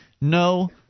no